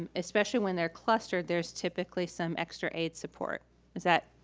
and especially when they're clustered, there's typically some extra aid support. is that.